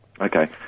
Okay